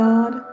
God